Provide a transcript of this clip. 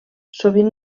sovint